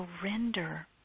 surrender